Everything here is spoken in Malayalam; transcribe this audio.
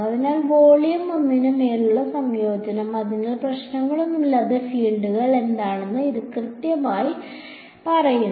അതിനാൽ വോളിയം 1 ന് മേലുള്ള സംയോജനം അതിനാൽ പ്രശ്നങ്ങളൊന്നുമില്ലാത്ത ഫീൽഡുകൾ എന്താണെന്ന് ഇത് എന്നോട് കൃത്യമായി പറയുന്നു